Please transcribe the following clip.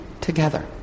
together